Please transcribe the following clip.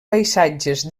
paisatges